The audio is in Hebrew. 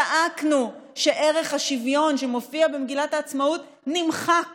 צעקנו שערך השוויון שמופיע במגילת העצמאות נמחק